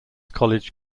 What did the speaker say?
college